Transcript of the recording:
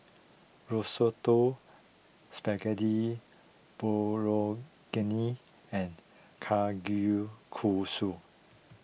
Risotto Spaghetti Bolognese and Kalguksu